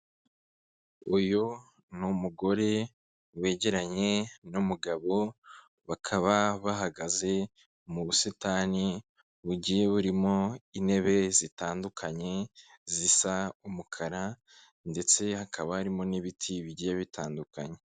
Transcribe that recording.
Uyu ni umugore wegeranye n'umugabo bakaba bahagaze mu busitani bugiye burimo intebe zitandukanye zisa umukara ndetse hakaba harimo n'ibiti bigiye bitandukanye.